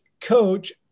coach